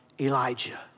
Elijah